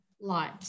light